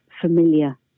familiar